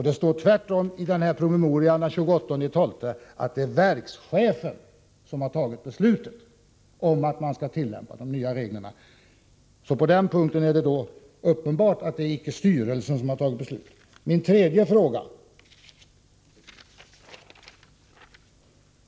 Det står i promemorian från den 28 december att det tvärtom är verkschefen som har fattat beslutet om att tillämpa de nya reglerna. På den punkten är det uppenbart att det icke är styrelsen som har fattat beslut. 3.